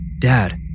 Dad